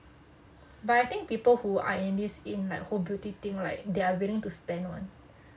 but I think people who are in this in like whole beauty thing they are willing to spend [one]